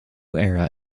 era